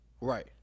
Right